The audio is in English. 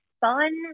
fun